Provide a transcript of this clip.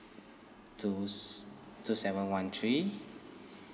two two seven one three